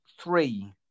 three